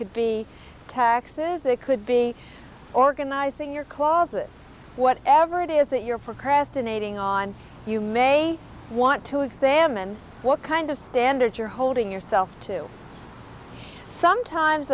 could be taxes it could be organizing your closet whatever it is that you're procrastinating on you may want to examine what kind of standards you're holding yourself to sometimes